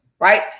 right